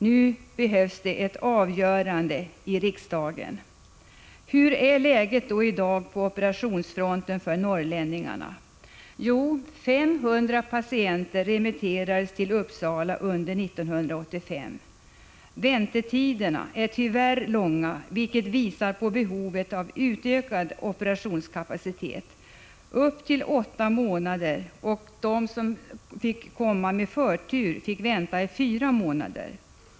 Nu behövs det ett avgörande i riksdagen. Hur är läget i dag på operationsfronten för norrlänningarna? Jo, 500 patienter remitterades till Uppsala under 1985. Väntetiderna är tyvärr långa, vilket visar på behovet av ökad operationskapacitet. Väntetiden är upp till åtta månader, och de som fick komma med förtur fick vänta fyra månader.